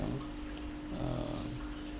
you know uh